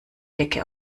decke